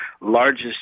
largest